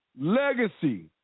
legacy